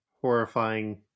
horrifying